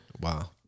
Wow